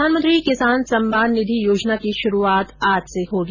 प्रधानमंत्री किसान सम्मान निधि योजना की शुरूआत आज से होगी